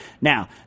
now